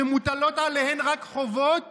שמוטלות עליהם רק חובות